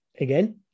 again